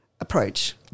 approach